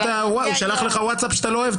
הוא שלח לך ווטסאפ שאתה לא אוהב,